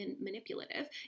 manipulative